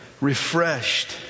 refreshed